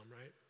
right